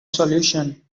solution